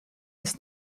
ist